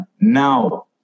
now